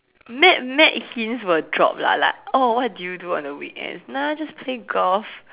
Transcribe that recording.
mad mad hints will drop lah like oh what did you do on the weekends nah just play golf